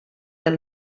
del